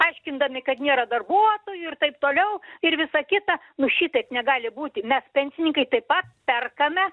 aiškindami kad nėra darbuotojų ir taip toliau ir visa kita nu šitaip negali būti mes pensininkai taip pat perkame